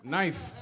Knife